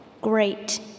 Great